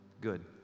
Good